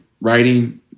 writing